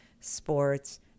sports